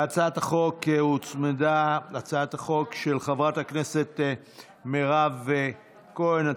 להצעת החוק הוצמדה הצעת החוק של חברת הכנסת מירב כהן,